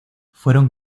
fueron